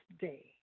day